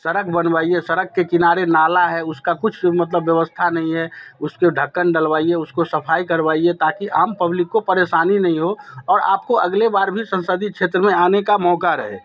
सड़क बनवाइए सड़क के किनारे नाला है उसका कुछ मतलब व्यवस्था नहीं है उसके ढक्कन डलवाइए उसकी सफ़ाई करवाइए ताकि आम पब्लिक को परेशानी नहीं हो और आपको अगले बार भी संसदीय क्षेत्र में आने का मौक़ा रहे